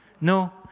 No